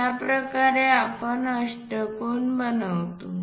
अशाप्रकारे आपण अष्टकोन बनवतो